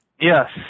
Yes